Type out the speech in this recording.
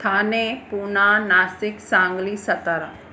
Thane Pune Nashik Sangli Satara